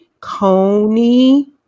coney